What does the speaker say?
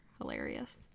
hilarious